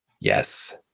Yes